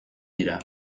dira